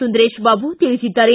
ಸುಂದರೇಶ ಬಾಬು ತಿಳಿಸಿದ್ದಾರೆ